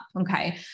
Okay